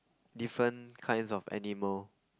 different kinds of animal